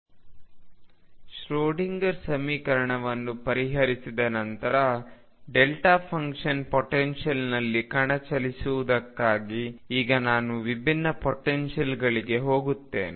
ಸೀಮಿತ ವೆಲ್ನಲ್ಲಿರುವ ಕಣಕ್ಕೆ ಶ್ರೋಡಿಂಗರ್ ಸಮೀಕರಣದ ಪರಿಹಾರ ಶ್ರೋಡಿಂಗರ್ ಸಮೀಕರಣವನ್ನು ಪರಿಹರಿಸಿದ ನಂತರ ಫಂಕ್ಷನ್ ಪೊಟೆನ್ಶಿಯಲ್ನಲ್ಲಿ ಕಣ ಚಲಿಸುವುದಕ್ಕಾಗಿ ಈಗ ನಾನು ವಿಭಿನ್ನ ಪೊಟೆನ್ಶಿಯಲ್ಗಳಿಗೆ ಹೋಗುತ್ತೇನೆ